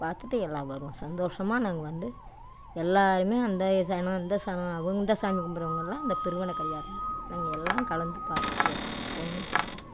பார்த்துட்டு எல்லாம் வருவோம் சந்தோஷமாக நாங்கள் வந்து எல்லாேருமே அந்த சனம் இந்த சனம் அந்த சாமி கும்பிட்றவங்கன்லாம் இந்த பிரிவினை கிடையாதுங்க நாங்கள் எல்லாம் கலந்து பார்த்துட்டு வருவோம் ஒன்றும் பிரச்சின